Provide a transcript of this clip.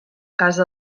casa